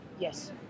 yes